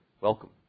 welcome